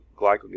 glycogen